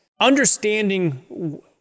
understanding